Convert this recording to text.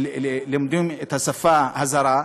לומדים את השפה הזרה.